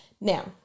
Now